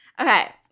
Okay